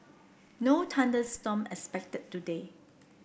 no thunder storm expected today